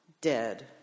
dead